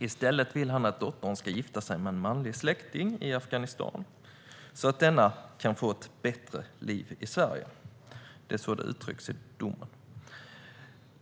I stället vill han att dottern ska gifta sig med en manlig släkting i Afghanistan, så att denna kan få ett bättre liv här i Sverige. Det är så det uttrycks i domen.